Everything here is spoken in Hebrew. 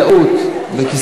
26,